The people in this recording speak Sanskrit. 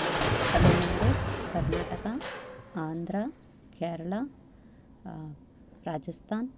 तमिल्नाडु कर्णाटका आन्ध्रा केरला राजस्थान्